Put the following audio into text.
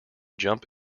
jump